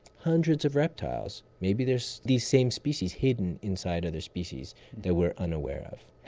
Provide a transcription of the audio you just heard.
hundreds of reptiles, maybe there's these same species hidden inside other species that we're unaware of.